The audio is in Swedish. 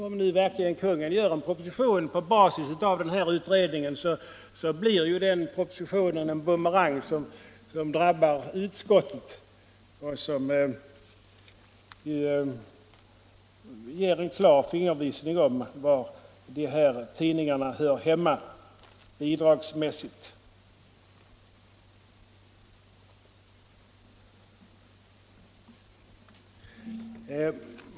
Om nu verkligen regeringen gör en proposition på basis av pressutredningen, kommer den propositionen att bli en bumerang som drabbar utskottet och ger en klar fingervisning om var de här tidningarna hör hemma bidragsmässigt.